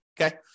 okay